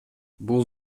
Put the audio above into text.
бул